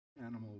animal